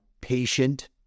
patient